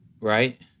Right